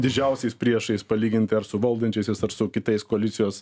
didžiausiais priešais palygint su valdančiaisiais ar su kitais koalicijos